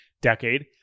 decade